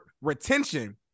retention